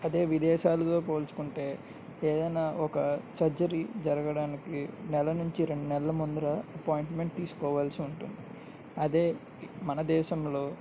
అదే విదేశాలలో పోల్చుకుంటే ఏదన్నా ఒక సర్జరీ జరగడానికి నెల నుంచి రెండు నెలల ముందల అపాయింట్మెంట్ తీసుకోవాల్సి ఉంటుంది అదే మన దేశంలో